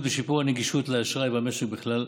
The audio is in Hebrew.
בשיפור הנגישות של אשראי במשק בכלל.